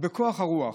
ובכוח הרוח,